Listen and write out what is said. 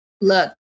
Look